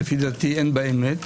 שלפי דעתי אין בה אמת